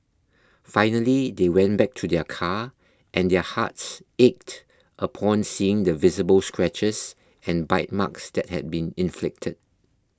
finally they went back to their car and their hearts ached upon seeing the visible scratches and bite marks that had been inflicted